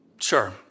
Sure